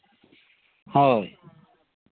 ᱦᱳᱭ